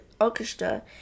orchestra